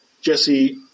Jesse